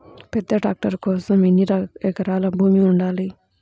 పెద్ద ట్రాక్టర్ కోసం ఎన్ని ఎకరాల భూమి ఉండాలి?